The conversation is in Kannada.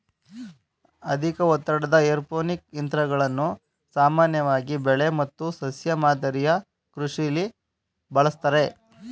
ಅಧಿಕ ಒತ್ತಡದ ಏರೋಪೋನಿಕ್ ತಂತ್ರಗಳನ್ನು ಸಾಮಾನ್ಯವಾಗಿ ಬೆಳೆ ಮತ್ತು ಸಸ್ಯ ಮಾದರಿ ಕೃಷಿಲಿ ಬಳಸ್ತಾರೆ